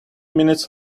minutes